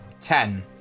Ten